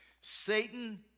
Satan